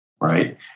right